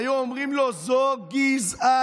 היו אומרים לו: זו גזענות.